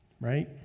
right